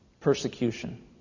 persecution